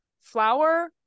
flour